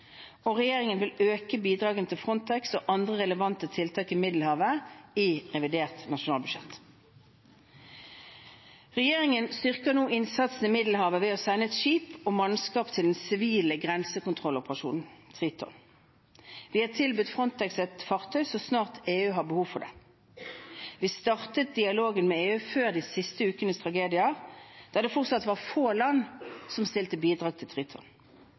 Regjeringen vil øke bidragene til Frontex og andre relevante tiltak i Middelhavet i revidert nasjonalbudsjett. Regjeringen styrker nå den norske innsatsen i Middelhavet ved å sende et skip og mannskap til den sivile grensekontrolloperasjonen Triton. Vi har tilbudt Frontex et fartøy så snart EU har behov for det. Vi startet dialogen med EU før de siste ukers tragedier, da det fortsatt var få land som stilte bidrag til Triton.